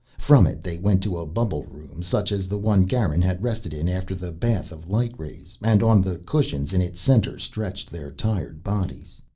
from it they went to a bubble room such as the one garin had rested in after the bath of light rays, and on the cushions in its center stretched their tired bodies.